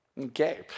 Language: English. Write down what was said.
Okay